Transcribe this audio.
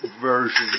version